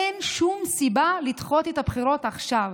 אין שום סיבה לדחות את הבחירות עכשיו.